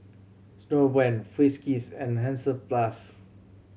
Snowbrand Friskies and Hansaplast